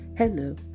Hello